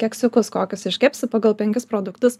keksiukus kokius iškepsiu pagal penkis produktus